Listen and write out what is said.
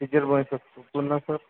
कुणाचं